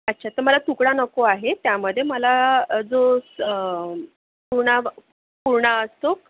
अच्छा तर मला तुकडा नको आहे त्यामध्ये मला जो स पूर्ण पूर्ण असतो